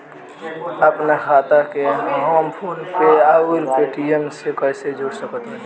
आपनखाता के हम फोनपे आउर पेटीएम से कैसे जोड़ सकत बानी?